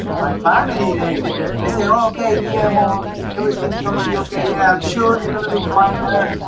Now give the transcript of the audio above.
my family then they said okay guillermo everything's gonna be okay, then i'm sure you're going to do fine there.